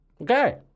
Okay